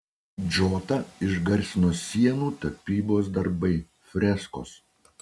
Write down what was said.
džotą išgarsino sienų tapybos darbai freskos